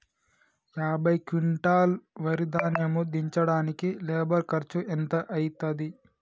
యాభై క్వింటాల్ వరి ధాన్యము దించడానికి లేబర్ ఖర్చు ఎంత అయితది?